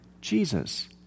Jesus